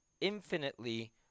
infinitely